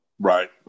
Right